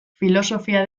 filosofia